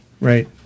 right